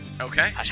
Okay